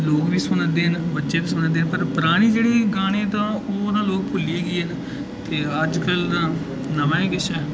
लोक बी सुना दे न बच्चे बी सुना दे पर पराने जेह्ड़े गाने न तां ओह् ना लोक भु'ल्ली गै गे अज्जकल नमां गै किश ऐ